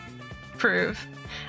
prove